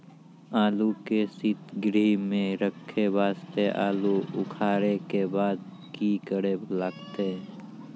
आलू के सीतगृह मे रखे वास्ते आलू उखारे के बाद की करे लगतै?